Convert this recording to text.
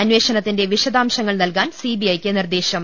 അന്വേഷണ ത്തിന്റെ വിശദാംശങ്ങൾ ന്യൽകാൻ സിബിഐക്ക് നിർദേ ശം